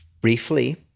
briefly